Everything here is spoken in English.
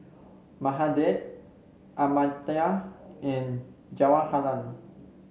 Mahade Amartya and Jawaharlal